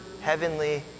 heavenly